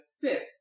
fit